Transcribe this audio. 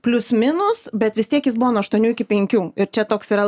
plius minus bet vis tiek jis buvo nuo aštuonių iki penkių ir čia toks yra